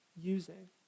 using